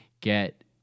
get